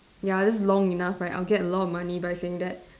ya that's long enough right I'll get a lot of money by saying that